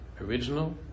original